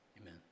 Amen